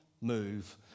move